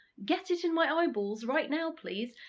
get it in my eyeballs right now, please,